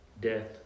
death